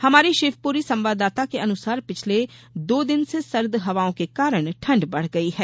हमारे शिवपुरी संवाददाता के अनुसार पिछले दो दिन से सर्द हवाओं के कारण ठण्ड बढ़ गई है